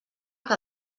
que